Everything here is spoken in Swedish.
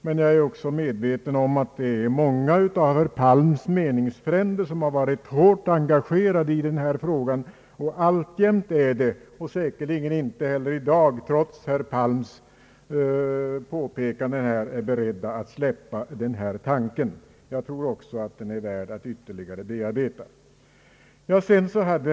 Men jag är också på det klara med att många av herr Palms meningsfränder har varit och alltjämt är hårt engagerade i denna fråga och säkerligen inte heller i dag — trots herr Palms påpekanden — är beredda att släppa denna tanke. Jag tror också den är värd att bearbetas ytterligare.